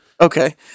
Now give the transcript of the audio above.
Okay